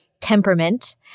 Temperament